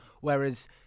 Whereas